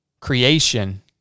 Creation